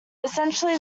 essentially